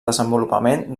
desenvolupament